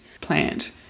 plant